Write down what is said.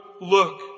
look